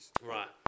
Right